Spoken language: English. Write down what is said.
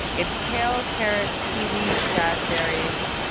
it's kale, carrots, kiwi, raspberries,